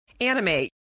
anime